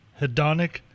hedonic